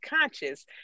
conscious